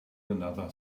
another